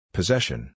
Possession